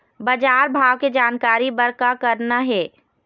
बजार भाव के जानकारी बर का करना हे?